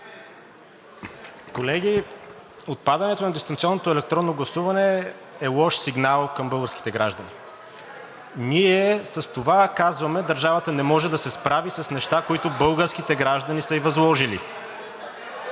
Колеги, отпадането на дистанционното електронно гласуване е лош сигнал към българските граждани. Ние с това казваме: държавата не може да се справи с неща, които българските граждани са ѝ възложили.